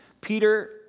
Peter